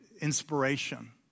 inspiration